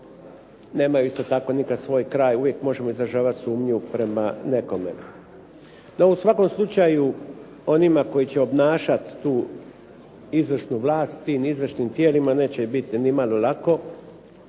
nemaju isto tako svoj kraj, uvijek možemo izražavati sumnju prema nekome. No, u svakom slučaju onima koji će obnašati tu izvršnu vlast tim izvršnim tijelima neće biti nimalo lako.